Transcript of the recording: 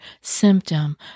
symptom